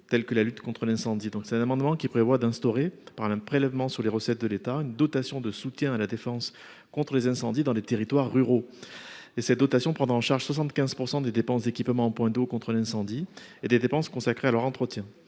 biens que la lutte contre l'incendie. Cet amendement vise à instaurer, par un prélèvement sur les recettes de l'État, une dotation de soutien à la défense contre les incendies dans les territoires ruraux. Cette dotation prendrait en charge 75 % des dépenses d'équipement en points d'eau contre l'incendie et des dépenses consacrées à leur entretien.